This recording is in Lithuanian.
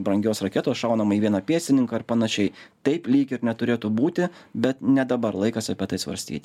brangios raketos šaunama į vieną pėstininką ir panašiai taip lyg ir neturėtų būti bet ne dabar laikas apie tai svarstyti